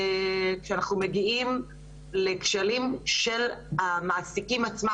כשאנחנו מגיעים לכשלים של המעסיקים עצמם